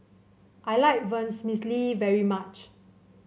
I like Vermicelli very much